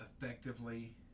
effectively